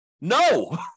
No